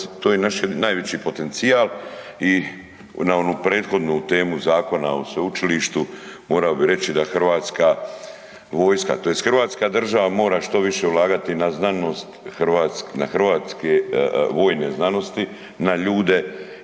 to je naš najveći potencijal i na onu prethodnu temu zakona o sveučilištu, morao bi reći da hrvatska vojska tj. hrvatska država mora što više ulagati na znanost, na hrvatske vojne znanosti, na ljude